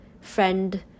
friend